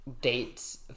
dates